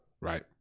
right